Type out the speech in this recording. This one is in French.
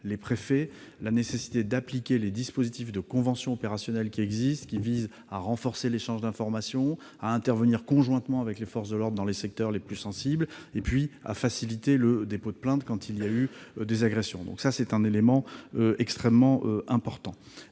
les préfets la nécessité d'appliquer les dispositifs de convention opérationnelle existants, qui visent à renforcer l'échange d'informations, à permettre des interventions conjointes avec les forces de l'ordre dans les secteurs les plus sensibles et à faciliter le dépôt de plainte en cas d'agressions. Cet élément est extrêmement important.